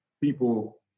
people